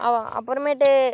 ஆ அப்புறமேட்டு